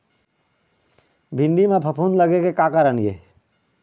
भिंडी म फफूंद लगे के का कारण ये?